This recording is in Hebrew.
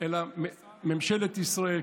אלא ממשלת ישראל,